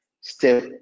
step